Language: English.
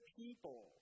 people